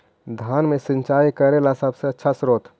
धान मे सिंचाई करे ला सबसे आछा स्त्रोत्र?